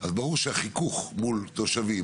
אז ברור שהחיכוך מול תושבים,